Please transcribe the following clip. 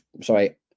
sorry